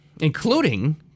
Including